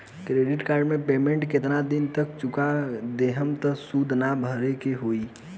Credit card के payment केतना दिन तक चुका देहम त सूद ना देवे के पड़ी?